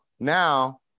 Now